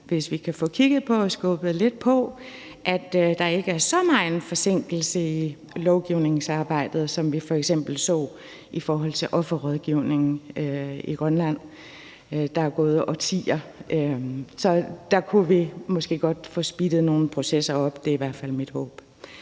lidt på, i forhold til at der ikke er så megen forsinkelse i lovgivningsarbejdet, som vi f.eks. så i forhold til offerrådgivningen i Grønland. Der er gået årtier. Så der kunne vi måske godt få speedet nogle processer op. Det er i hvert fald mit håb.